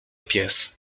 pies